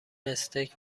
استیک